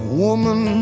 woman